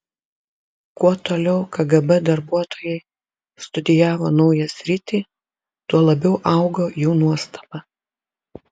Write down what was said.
kuo toliau kgb darbuotojai studijavo naują sritį tuo labiau augo jų nuostaba